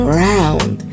round